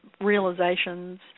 realizations